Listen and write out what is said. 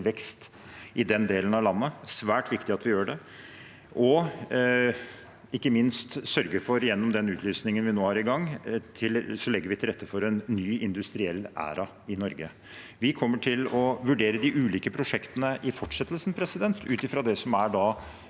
vekst i den delen av landet. Det er svært viktig at vi gjør det. Ikke minst, gjennom den utlysningen vi nå er i gang med, legger vi til rette for en ny industriell æra i Norge. Vi kommer til å vurdere de ulike prosjektene i fortsettelsen ut fra det som er